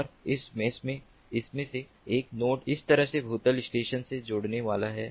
और इस मेष में इसमें से एक नोड इस तरह से भूतल स्टेशन से जुड़ने वाला है